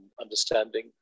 understanding